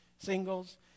Singles